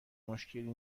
مشکلی